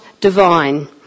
divine